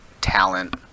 talent